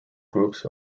groups